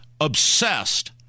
obsessed